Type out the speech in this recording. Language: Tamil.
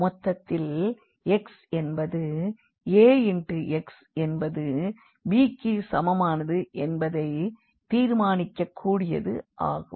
மொத்தத்தில் x என்பது Ax என்பது b க்கு சமமானது என்பதை தீர்க்கக்கூடியது ஆகும்